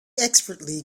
expertly